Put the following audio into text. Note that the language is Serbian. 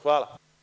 Hvala.